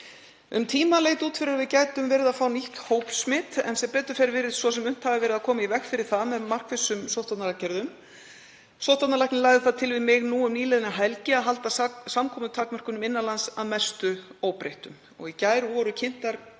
Um tíma leit út fyrir að við gætum verið að fá nýtt hópsmit en sem betur fer virðist svo sem unnt hafi verið að koma í veg fyrir það með markvissum sóttvarnaaðgerðum. Sóttvarnalæknir lagði það til við mig nú um nýliðna helgi að halda samkomutakmörkunum innan lands að mestu óbreyttum.